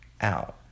out